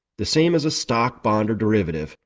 the same as a stock, bond, or derivative,